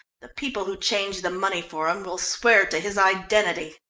the people who changed the money for him will swear to his identity.